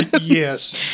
Yes